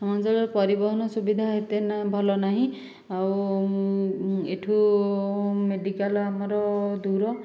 ହଁ ଯେବେ ପରିବହନ ସୁବିଧା ହେତେ ଭଲ ନାହିଁ ଆଉ ଏଇଠୁ ମେଡ଼ିକାଲ ଆମର ଦୂର